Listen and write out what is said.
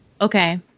Okay